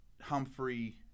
Humphrey